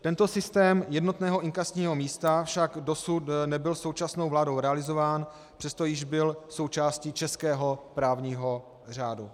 Tento systém jednotného inkasního místa však dosud nebyl současnou vládou realizován, přesto již byl součástí českého právního řádu.